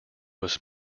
was